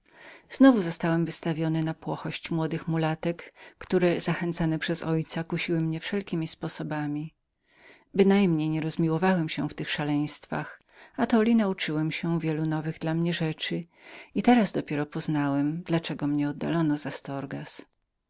znowu zostałem wystawiony na płochość młodych mulatek które dręczyły mnie wszelkiemi sposobami bynajmniej nie rozlubowałem się w tych szaleństwach atoli nauczyłem się wielu nowych dla mnie rzeczy i teraz dopiero poznałem dla czego mnie oddalono z